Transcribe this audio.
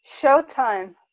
Showtime